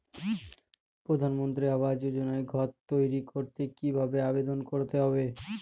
প্রধানমন্ত্রী আবাস যোজনায় ঘর তৈরি করতে কিভাবে আবেদন করতে হবে?